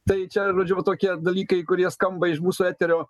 tai čia žodžiu va tokie dalykai kurie skamba iš mūsų eterio